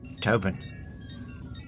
Tobin